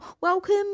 welcome